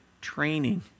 training